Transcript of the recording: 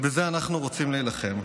ובזה אנחנו רוצים להילחם.